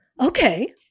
Okay